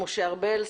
משה ארבל,